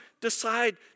decide